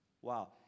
Wow